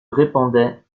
répandait